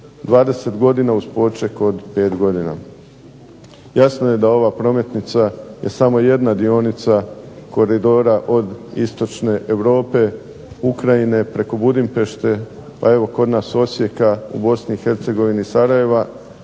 20 godina uz poček od 5 godina. Jasno je da ova prometnica je samo jedna dionica koridora od istočne Europe, Ukrajine, preko Budimpešte, a evo kod nas Osijeka, u Bosni i Hercegovini Sarajeva,